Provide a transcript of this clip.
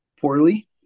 poorly